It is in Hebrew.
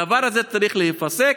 הדבר הזה צריך להיפסק.